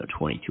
22